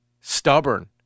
stubborn